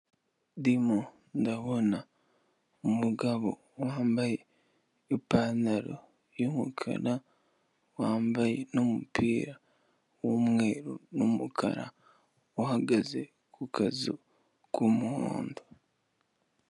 Ndimo ndabona umugabo wambaye ipantaro y'umukara, wambaye n'umupira w'umweru n'umukara, uhagaze ku kazu k'umuhondo.